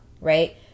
right